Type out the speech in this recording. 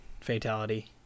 fatality